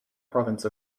province